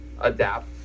adapt